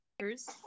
years